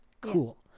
Cool